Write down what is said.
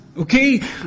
Okay